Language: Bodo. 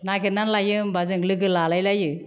नागिरनानै लायो होमबा जोङो लोगो लालाय लायो